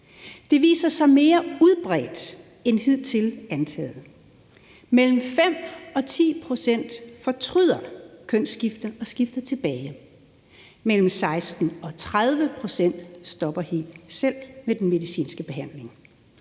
Det viser sig at være mere udbredt end hidtil antaget. Mellem 5 og 10 pct. fortryder kønsskiftet og skifter tilbage, og mellem 16 og 30 pct. stopper helt selv med den medicinske behandling.